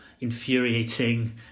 infuriating